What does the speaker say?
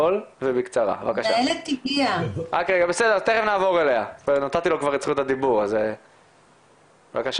סוציאלי מטפל במכורים לסמים קשים.